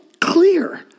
clear